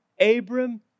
Abram